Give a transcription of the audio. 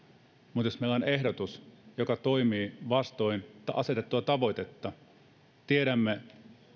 mutta jos meillä on ehdotus joka toimii vastoin asetettua tavoitetta tiedämme